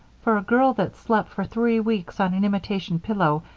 for a girl that's slept for three weeks on an imitation pillow,